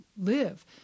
live